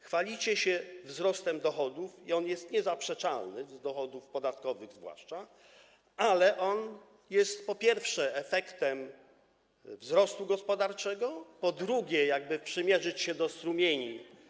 Chwalicie się wzrostem dochodów, i on jest niezaprzeczalny, dochodów podatkowych zwłaszcza, ale on jest, po pierwsze, efektem wzrostu gospodarczego, po drugie, jakby przymierzyć się do strumieni.